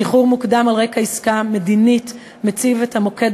שחרור מוקדם על רקע עסקה מדינית מציב את המוקד